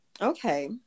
Okay